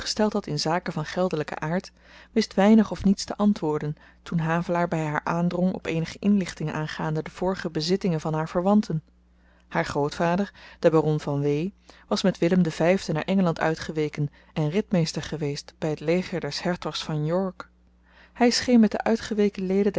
gesteld had in zaken van geldelyken aard wist weinig of niets te antwoorden toen havelaar by haar aandrong op eenige inlichtingen aangaande de vorige bezittingen van haar verwanten haar grootvader de baron van w was met willem den vyfden naar engeland uitgeweken en ridmeester geweest by t leger des hertogs van york hy scheen met de uitgeweken leden